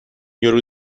یارو